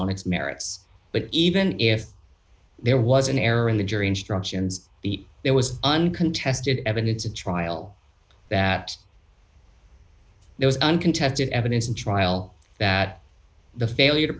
on its merits but even if there was an error in the jury instructions the there was uncontested evidence a trial that there was uncontested evidence in trial that the failure to